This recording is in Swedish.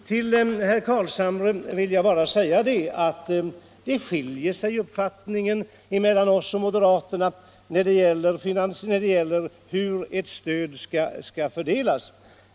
Till herr Carlshamre vill jag bara säga att uppfattningen skiljer sig mellan oss och moderaterna när det gäller hur ett stöd skall fördelas.